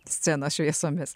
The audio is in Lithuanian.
scenos šviesomis